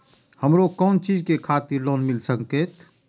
हमरो कोन चीज के खातिर लोन मिल संकेत?